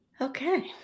Okay